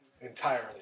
entirely